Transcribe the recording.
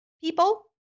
people